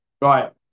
Right